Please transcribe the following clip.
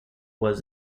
was